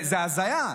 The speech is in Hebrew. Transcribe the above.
זו הזיה.